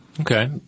Okay